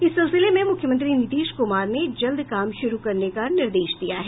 इस सिलसिलें में मुख्यमंत्री नीतीश कुमार ने जल्द काम शुरू करने का निर्देश दिया है